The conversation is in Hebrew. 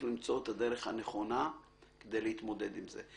למצוא את הדרך הנכונה כדי להתמודד עם זה.